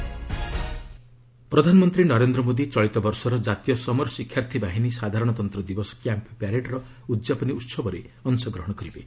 PM NCC rally ପ୍ରଧାନମନ୍ତ୍ରୀ ନରେନ୍ଦ୍ର ମୋଦି ଚଳିତବର୍ଷର ଜାତୀୟ ସମର ଶିକ୍ଷାର୍ଥୀ ବାହିନୀ ସାଧାରଣତନ୍ତ୍ର ଦିବସ କ୍ୟାମ୍ପ୍ ପ୍ୟାରେଡ୍ର ଉଦ୍ଯାପନୀ ଉହବରେ ଅଂଶଗ୍ରହଣ କରିବେ